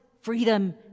freedom